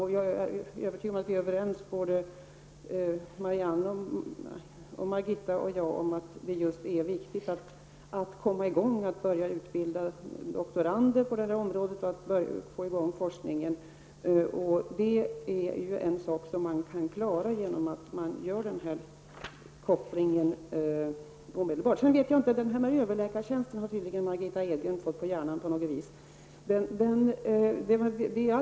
Jag är övertygad om att både Marianne Andersson i Vårgårda och Margitta Edgren är överens med mig om att det viktigt att komma i gång, att börja utbilda doktorander och påbörja forskningen. Det är ju en sak som man kan klara genom att göra den här kopplingen omedelbart. Överläkartjänsten har tydligen Margitta Edgren fått på hjärnan på något vis.